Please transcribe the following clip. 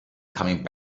coming